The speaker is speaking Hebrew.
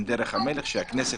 עם דרך המלך כאשר הכנסת